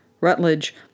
Rutledge